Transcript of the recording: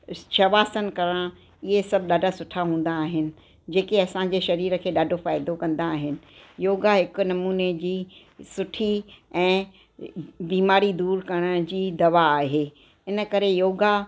इस शवासन करणु ईअं सभु खे ॾाढो फ़ाइदो कंदा आहिनि योगा हिकु नमूने जी सुठी ऐं बीमारी दूरि करण जी दवा आहे इन करे योगा